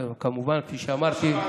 כמובן, כפי שאמרתי,